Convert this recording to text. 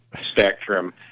spectrum